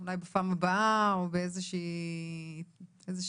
אולי בפעם הבאה או באיזה שהיא מחשבה.